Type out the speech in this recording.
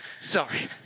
Sorry